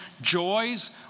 joys